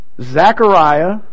Zechariah